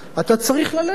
אתה צריך ללכת.